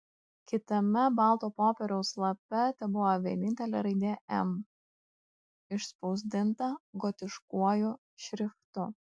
kitame balto popieriaus lape tebuvo vienintelė raidė m išspausdinta gotiškuoju šriftu